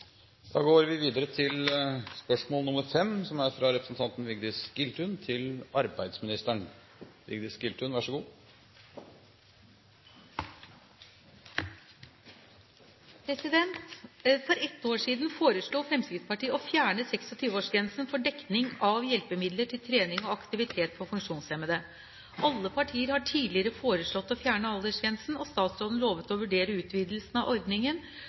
ett år siden foreslo Fremskrittspartiet å fjerne 26-årsgrensen for dekning av hjelpemidler til trening og aktivitet for funksjonshemmede. Alle partier har tidligere foreslått å fjerne aldersgrensen, og statsråden lovet å vurdere utvidelse av ordningen